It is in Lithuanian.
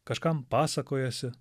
kažkam pasakojasi